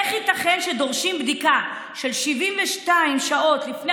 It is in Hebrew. איך ייתכן שדורשים בדיקה של 72 שעות לפני